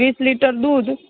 વીસ લિટર દૂધ